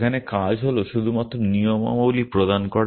সেখানে কাজ হল শুধুমাত্র নিয়মাবলী প্রদান করা